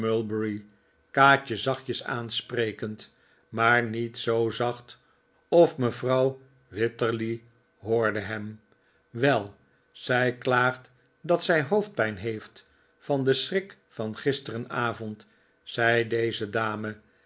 kaatje zachtjes aansprekend maar niet zoo zacht of mevrouw wititterly hoorde hem wel zij klaagt dat zij hoofdpijn heeft van den schrik van gisterenavond zei deze dame